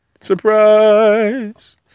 Surprise